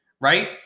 right